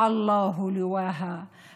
האל העלה אותה על נס,